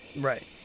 Right